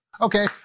Okay